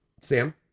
Sam